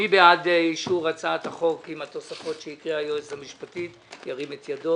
מי בעד אישור הצעת החוק עם התוספות שהקריאה היועצת המשפטית ירים את ידו?